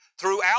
Throughout